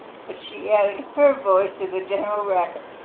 but she added her voice to the general racket.